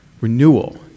renewal